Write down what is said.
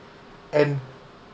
and